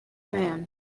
man